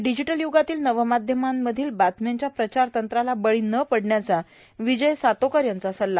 digital य्गातील नवमाध्यमांमधील बातम्यांच्या प्रचारतंत्राला बळी न पडण्याचा र्विजय सातोकर यांचा सल्ला